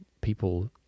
people